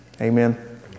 Amen